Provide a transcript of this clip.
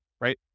right